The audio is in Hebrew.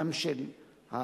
גם של המוסלמים,